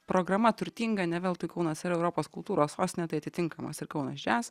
programa turtinga ne veltui kaunas yra europos kultūros sostinė tai atitinkamas ir kaunas džias